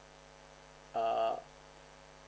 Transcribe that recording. uh